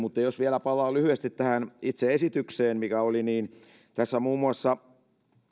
jos vielä palaan lyhyesti tähän itse esitykseen niin tässä muun muassa